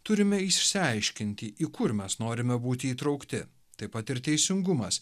turime išsiaiškinti į kur mes norime būti įtraukti taip pat ir teisingumas